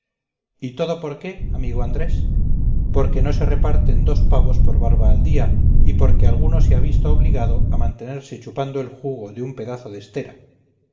y todo por qué amigo andrés porque no se reparten dos pavos por barba al día y porque alguno se ha visto obligado a mantenerse chupando el jugo de un pedazo de estera